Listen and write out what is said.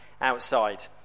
outside